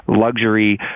luxury